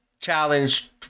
challenge